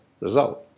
result